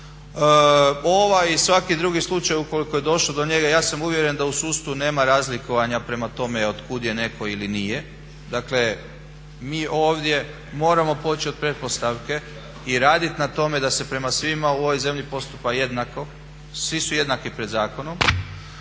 Ovaj i svaki drugi slučaj ukoliko je došlo do njega ja sam uvjeren da u sudstvu nema razlikovanja prema tome od kud je netko ili nije. Dakle, mi ovdje moramo početi od pretpostavke i radit na tome da se prema svima u ovoj zemlji postupa jednako, svi su jednaki pred zakonom.